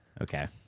Okay